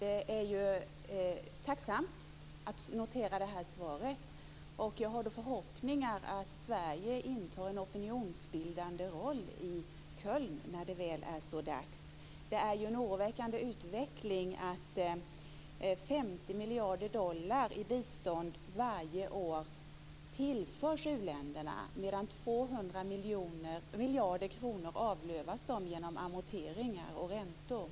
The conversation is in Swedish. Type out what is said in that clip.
Fru talman! Jag noterar tacksamt svaret här och har förhoppningar om att Sverige intar en opinionsbildande roll i Köln när det väl är dags. Det är en oroväckande utveckling att 50 miljarder dollar i bistånd varje år tillförs u-länderna, samtidigt som de avlövas 200 miljarder kronor genom amorteringar och räntor.